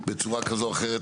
בצורה כזו או אחרת,